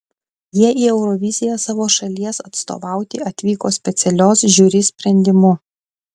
jie į euroviziją savo šalies atstovauti atvyko specialios žiuri sprendimu